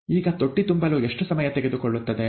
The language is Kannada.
ಈಗ ತೊಟ್ಟಿ ತುಂಬಲು ಎಷ್ಟು ಸಮಯ ತೆಗೆದುಕೊಳ್ಳುತ್ತದೆ